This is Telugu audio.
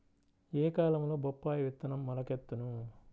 ఏ కాలంలో బొప్పాయి విత్తనం మొలకెత్తును?